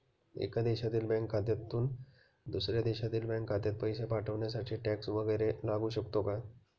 एका देशातील बँक खात्यातून दुसऱ्या देशातील बँक खात्यात पैसे पाठवण्यासाठी टॅक्स वैगरे लागू शकतो का?